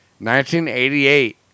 1988